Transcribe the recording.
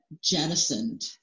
jettisoned